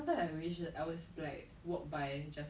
it still gets them going that's why they do it